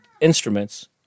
instruments